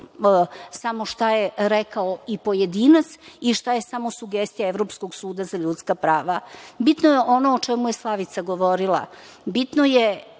samo šta je rekao i pojedinac i šta je samo sugestija Evropskog suda za ljudska prava. Bitno je ono o čemu je Slavica govorila, bitno je